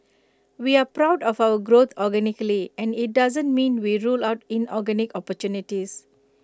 we're proud of our growth organically and IT doesn't mean we rule out inorganic opportunities